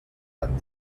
tan